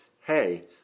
Hey